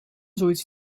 zoiets